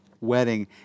wedding